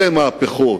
אלה מהפכות,